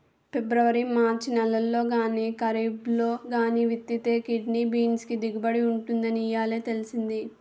February March నెలల్లో గానీ, కరీబ్లో గానీ విత్తితేనే కిడ్నీ బీన్స్ కి దిగుబడి ఉంటుందని ఇయ్యాలే తెలిసింది